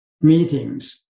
meetings